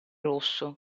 rosso